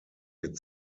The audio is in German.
wird